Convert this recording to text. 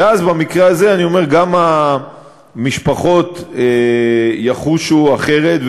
ואז, במקרה הזה, אני אומר, גם המשפחות יחושו אחרת.